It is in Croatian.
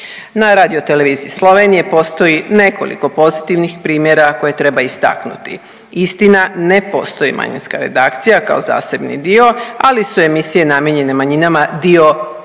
Na Radioteleviziji Slovenije postoji nekoliko pozitivnih primjera koje treba istaknuti. Istina ne postoji manjinska redakcija kao zasebni dio, ali su emisije namijenjene manjinama dio redovnog